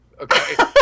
okay